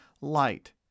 light